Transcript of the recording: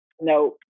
no